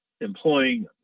employing